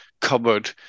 cupboard